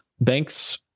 Banks